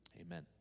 Amen